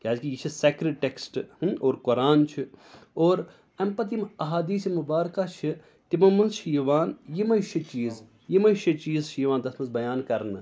کیٛاز کہِ یہِ چھِ سیٚکرِڈ ٹیٚکٕسٹہٕ اور قۅران چھُ اور اَمہِ پَتہٕ یِم احادیٖثہِ مُبارکہ چھِ تِمو مَنٛز چھِ یِوان یمٔے شےٚ چیٖز یِمٔے شےٚ چیٖز چھِ یِوان تتھ مَنٛز بَیان کَرنہٕ